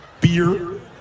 beer